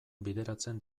bideratzen